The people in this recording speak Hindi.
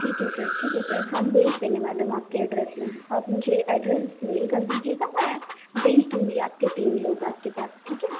ठीक है फिर ठीक है फिर हम भेज देंगे मैडम आपके एड्रेस में आप मुझे एड्रेस मेल कर दीजिएगा मैं भेज दूंगी आपके तीन लोग आपके पास ठीक है